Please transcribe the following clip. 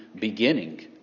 beginning